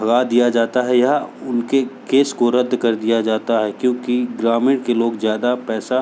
भगा दिया जाता है या उनके केस को रद्द कर दिया जाता है क्योंकि ग्रामीण के लोग ज़्यादा पैसा